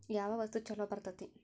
ಯಾವ ವಸ್ತು ಛಲೋ ಬರ್ತೇತಿ?